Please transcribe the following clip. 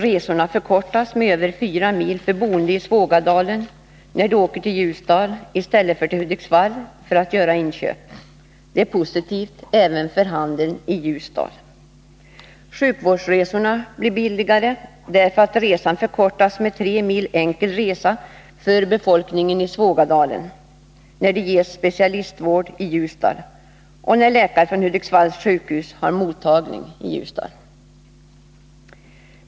Resorna förkortas med över 4 mil för boende i Svågadalen när de åker till 169 Ljusdal i stället för till Hudiksvall för att göra inköp. Det är positivt även för handeln i Ljusdal. Sjukvårdsresorna blir billigare därför att resan förkortas med 3 mil enkel resa för människorna i Svågadalen när de ges specialistvård i Ljusdal och när läkare från Hudiksvalls sjukhus har mottagning i Ljusdal.